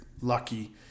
lucky